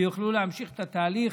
ויוכלו להמשיך את התהליך.